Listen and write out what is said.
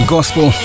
Gospel